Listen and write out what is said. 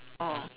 oh